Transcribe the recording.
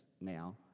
now